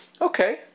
Okay